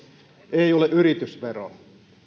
ei ole yritysvero